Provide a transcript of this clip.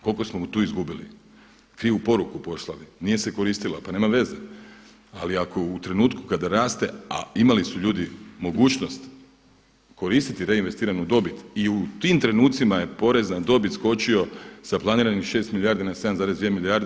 Koliko smo tu izgubili, krivu poruku poslali, nije se koristila, pa nema veze ali ako u trenutku kada raste a imali su ljudi mogućnost koristiti reinvestiranu dobit i u tim trenucima je porezna na dobit skočio sa planiranih 6 milijardi na 7,2 milijarde.